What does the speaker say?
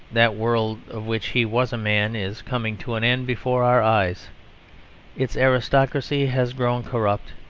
that world of which he was a man is coming to an end before our eyes its aristocracy has grown corrupt,